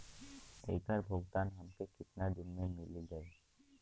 ऐकर भुगतान हमके कितना दिन में मील जाई?